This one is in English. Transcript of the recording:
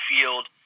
field